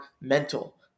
mental